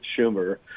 Schumer